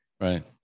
right